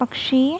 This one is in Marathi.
पक्षी